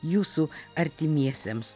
jūsų artimiesiems